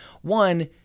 One